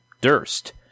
Durst